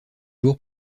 jour